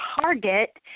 target